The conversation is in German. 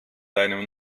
deinem